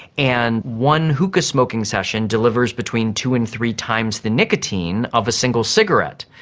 and one hookah-smoking session delivers between two and three times the nicotine of a single cigarette.